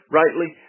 rightly